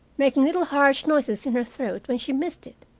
making little harsh noises in her throat when she missed it.